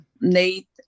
Nate